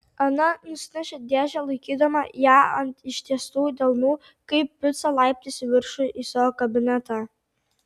ana nusinešė dėžę laikydama ją ant ištiestų delnų kaip picą laiptais į viršų į savo kabinetą